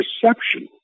perception